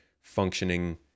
functioning